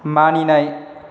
मानिनाय